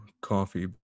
coffee